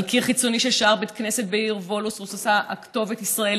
על קיר חיצוני של שער בית כנסת בעיר וולוס רוססה הכתובת: ישראל,